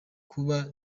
kuba